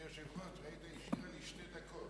אדוני היושב-ראש, היא השאירה לי שתי דקות